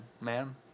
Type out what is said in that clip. man